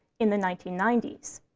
in the nineteen ninety s.